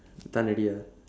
done already ah